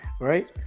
right